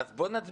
אז בוא נצביע.